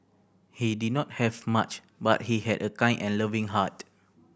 he did not have much but he had a kind and loving heart